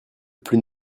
plus